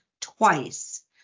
twice